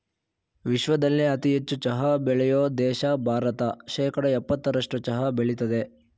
ವಿಶ್ವದಲ್ಲೇ ಅತಿ ಹೆಚ್ಚು ಚಹಾ ಬೆಳೆಯೋ ದೇಶ ಭಾರತ ಶೇಕಡಾ ಯಪ್ಪತ್ತರಸ್ಟು ಚಹಾ ಬೆಳಿತದೆ